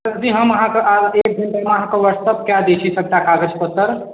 सरजी हम अहाँके आधा एक घण्टामे अहाँके ह्वाट्सएप कऽ दै छी सबटा कागज पत्तर